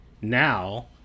now